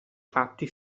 fatti